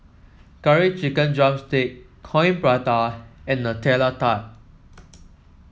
Curry Chicken drumstick Coin Prata and Nutella Tart